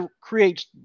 creates